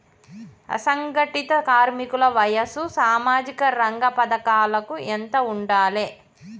అసంఘటిత కార్మికుల వయసు సామాజిక రంగ పథకాలకు ఎంత ఉండాలే?